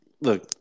look